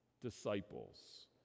disciples